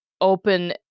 open